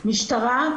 משטרה,